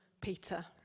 Peter